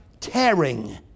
tearing